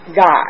God